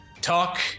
talk